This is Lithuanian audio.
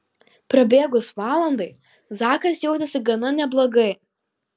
prabėgus valandai zakas jautėsi gana neblogai